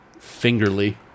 Fingerly